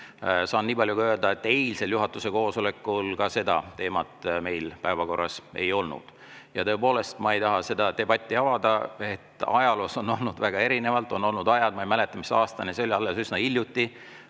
Saan öelda niipalju, et eilsel juhatuse koosolekul ka seda teemat meil päevakorras ei olnud. Tõepoolest, ma ei taha seda debatti avada. Ajaloos on olnud väga erinevalt: on olnud ajad – ma ei mäleta, mis aastani, see oli alles üsna hiljuti